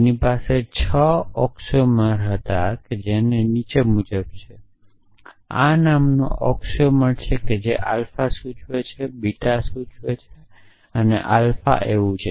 તેની પાસે છ અક્ષરો હતા જે નીચે મુજબ છે આ નામનો અક્ષર છે જે આલ્ફા સૂચવે છે બીટા સૂચવે છે આલ્ફા એવું છે